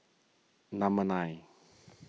number nine